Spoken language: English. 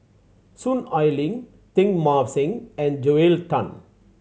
Soon Ai Ling Teng Mah Seng and Joel Tan